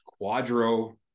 Quadro